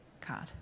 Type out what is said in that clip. card